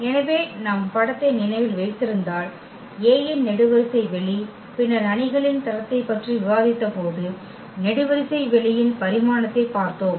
எனவே நாம் படத்தை நினைவில் வைத்திருந்தால் A இன் நெடுவரிசை வெளி பின்னர் அணிகளின் தரத்தைப் பற்றி விவாதித்தபோது நெடுவரிசை வெளியின் பரிமாணத்தை பார்த்தோம்